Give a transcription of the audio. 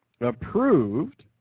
approved